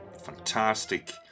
fantastic